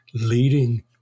leading